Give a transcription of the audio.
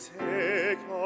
take